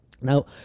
now